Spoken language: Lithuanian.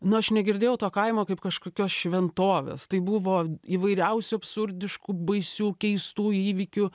nu aš negirdėjau to kaimo kaip kažkokios šventovės tai buvo įvairiausių absurdiškų baisių keistų įvykių